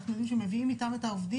אנחנו יודעים שהם מביאים איתם את העובדים.